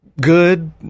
good